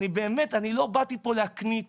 אני באמת לא באמתי פה להקניט